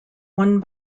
one